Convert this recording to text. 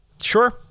Sure